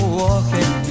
walking